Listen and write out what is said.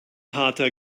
harter